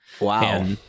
Wow